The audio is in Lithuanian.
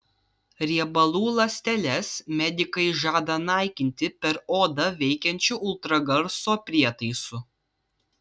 riebalų ląsteles medikai žada naikinti per odą veikiančiu ultragarso prietaisu